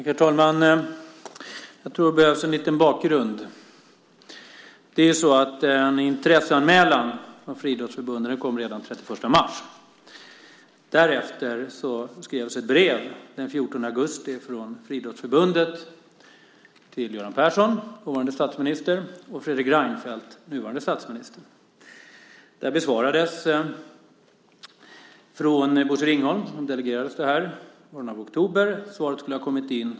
Herr talman! Jag tror att det behövs en bakgrund. Intresseanmälan från Friidrottsförbundet kom redan den 31 mars. Därefter skrev Friidrottsförbundet ett brev den 14 augusti till Göran Persson, dåvarande statsministern, och Fredrik Reinfeldt, nuvarande statsministern. Brevet besvarades av Bosse Ringholm, som fick ärendet delegerat till sig, i början av oktober.